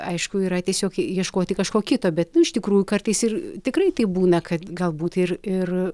aišku yra tiesiog ieškoti kažko kito bet nu iš tikrųjų kartais ir tikrai taip būna kad galbūt ir ir